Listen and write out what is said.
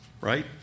Right